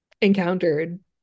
encountered